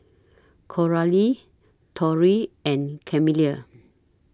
Coralie Tory and Camille